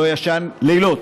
שלא ישן לילות,